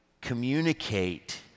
communicate